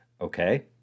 okay